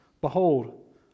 Behold